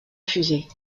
fusée